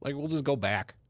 like we'll just go back.